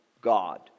God